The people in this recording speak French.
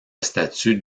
statut